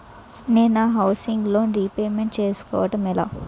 నేను నా housing loan repayment చేసుకోవటం ఎలా?